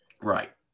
Right